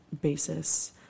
basis